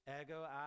ego